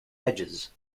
edges